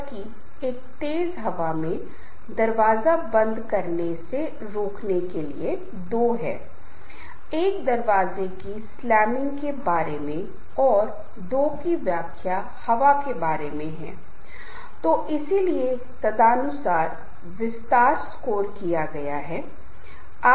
मैत्री समूह हर जगह बहुत आम हैं और कभी कभी आप किसी न किसी संगठन में जानते हैं और जहां परिवार एक साथ रहते हैं कुछ महिलाएं इस किटी पार्टी का निर्माण करती हैं और एक सप्ताह या एक महीने में वे कहीं एक साथ बैठते हैं और गपशप करते हैं और सिर्फ हंसते हैं पार्टी का आनंद लेते हैंतो इसे मैत्री समूह कहा जाता है और ये सभी अनौपचारिक हैं इनको किसी विशेष संगठन के साथ कुछ नहीं करना है